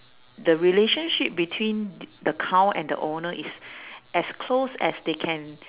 the relationship between the cow and the owner is as close as they can